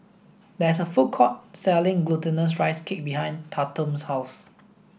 there is a food court selling glutinous rice cake behind Tatum's house